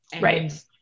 right